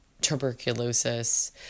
tuberculosis